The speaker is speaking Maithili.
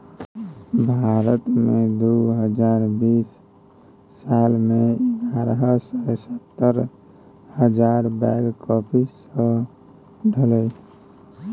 भारत मे दु हजार बीस साल मे एगारह सय सत्तर हजार बैग कॉफी सठलै